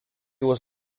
was